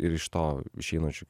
ir iš to išeinančių